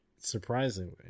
surprisingly